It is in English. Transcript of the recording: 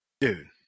Dude